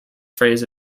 phrase